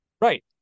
Right